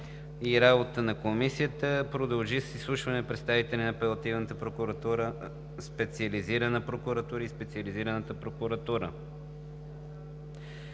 Работата на Комисията продължи с изслушване на представители на Апелативната специализирана прокуратура и Специализираната прокуратура,